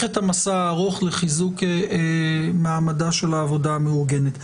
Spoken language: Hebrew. את המסע ארוך לחיזוק מעמדה של העבודה המאורגנת.